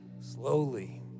slowly